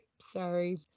sorry